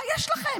מה יש לכם?